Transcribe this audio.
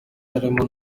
harimo